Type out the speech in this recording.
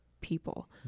people